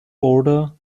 border